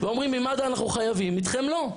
ואומרים עם מד"א אנחנו חייבים ואתכם לא,